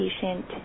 patient